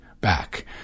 back